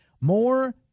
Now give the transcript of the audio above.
More